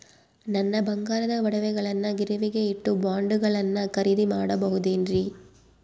ನನ್ನ ಬಂಗಾರದ ಒಡವೆಗಳನ್ನ ಗಿರಿವಿಗೆ ಇಟ್ಟು ಬಾಂಡುಗಳನ್ನ ಖರೇದಿ ಮಾಡಬಹುದೇನ್ರಿ?